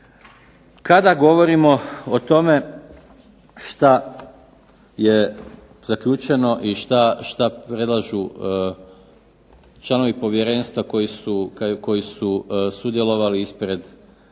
Kada govorimo o tome što je zaključeno i što predlažu članovi povjerenstva koji su sudjelovali ispred